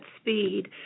speed